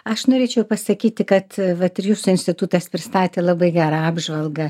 aš norėčiau pasakyti kad vat ir jūsų institutas pristatė labai gerą apžvalgą